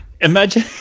imagine